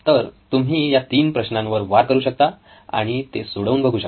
तर तुम्ही या तीन प्रश्नांवर वार करू शकता आणि ते सोडवून बघू शकता